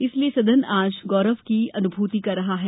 इसीलिए सदन आज गौरव की अनुभूति कर रहा है